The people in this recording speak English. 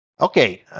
Okay